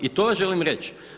I to vam želim reći.